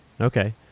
Okay